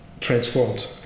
transformed